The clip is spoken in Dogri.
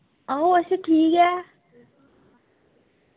अ'ऊं असें ठीक ऐ